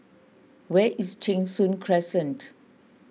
where is Cheng Soon Crescent